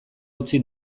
utzi